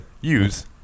use